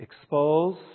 expose